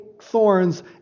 thorns